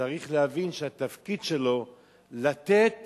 הוא צריך להבין שהתפקיד שלו הוא לתת